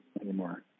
anymore